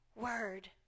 word